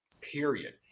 Period